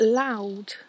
loud